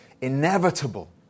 inevitable